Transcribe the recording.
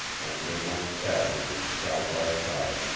and they went sadly, side by side,